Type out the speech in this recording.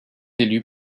élu